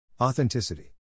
authenticity